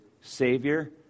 savior